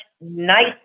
nice